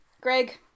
Greg